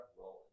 rolling